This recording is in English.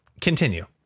Continue